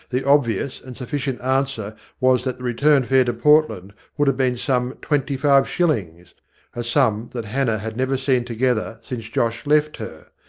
the obvious and sufficient answer was that the return fare to portland would have been some twenty-five shillings a sum that hannah had never seen together since josh left her.